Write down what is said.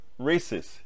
racist